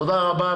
תודה רבה.